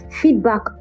feedback